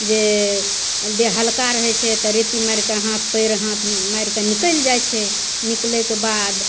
जे देह हल्का रहै छै तऽ रेती मारिके अहाँ पाएर हाथ मारिके निकलि जाइ छै निकलैके बाद